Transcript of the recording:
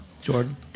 Jordan